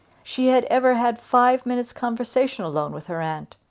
she had ever had five minutes' conversation alone with her aunt.